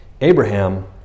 Abraham